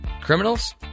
criminals